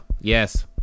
yes